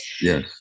yes